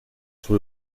sur